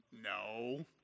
No